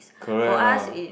correct lah